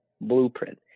blueprint